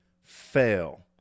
fail